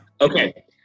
Okay